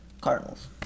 Cardinals